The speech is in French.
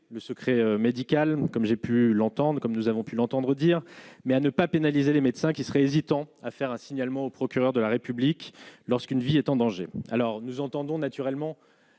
le secret médical, comme j'ai pu l'entendent comme nous avons pu l'entendre dire, mais à ne pas pénaliser les médecins qui seraient hésitants à faire un signalement au procureur de la république, lorsqu'une vie est en danger, alors, nous entendons naturellement